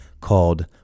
called